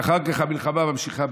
ואחר כך המלחמה נמשכת בטוויטר.